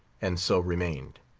and so remained.